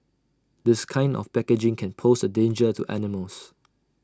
this kind of packaging can pose A danger to animals